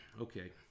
Okay